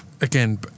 again